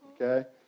okay